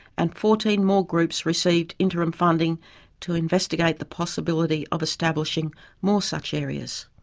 and fourteen more groups received interim funding to investigate the possibility of establishing more such areas.